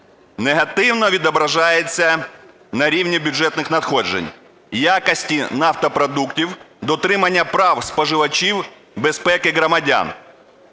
негативно відображається на рівні бюджетних надходжень, якості нафтопродуктів, дотримання прав споживачів, безпеки громадян.